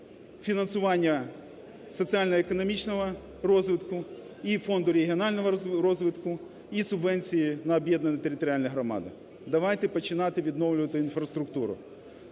фінансування соціально-економічного розвитку, і Фонду регіонального розвитку, і субвенцій на об'єднані територіальні громади. Давайте починати відновлювати інфраструктуру.